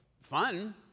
fun